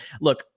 Look